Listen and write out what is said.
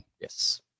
Yes